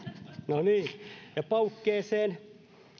ja paukkeeseen